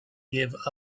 give